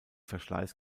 verschleiß